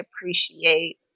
appreciate